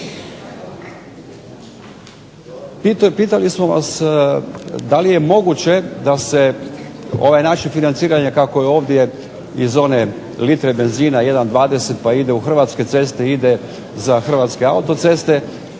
pitali smo vas da li je moguće da se ovaj način financiranja kako je ovdje iz one litre benzina 1:20 pa ide u Hrvatske ceste, ide za Hrvatske autoceste,